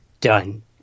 done